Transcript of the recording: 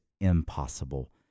impossible